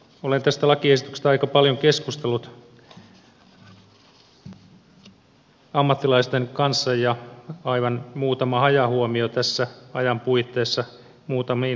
olen tästä lakiesityksestä aika paljon keskustellut ammattilaisten kanssa ja aivan muutama hajahuomio tässä ajan puitteissa muutamiin lakipykäliin